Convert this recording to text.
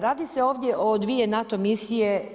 Radi se ovdje o dvije NATO misije.